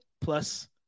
plus